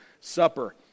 Supper